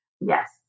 Yes